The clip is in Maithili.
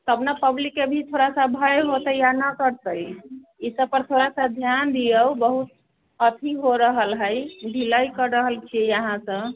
तब ने पब्लिकके भी थोड़ा सा भय होतै आओर नहि करतै ईसबपर थोड़ा सा धिआन दिऔ बहुत अथी हो रहल हइ ढिलाइ करि रहल छिए अहाँसब